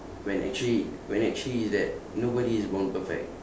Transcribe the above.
when actually when actually is that nobody is born perfect